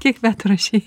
kiek metų rašei